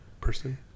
person